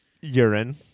Urine